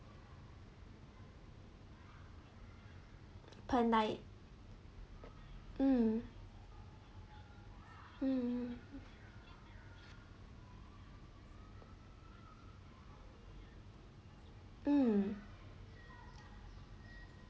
per night um um um